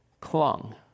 clung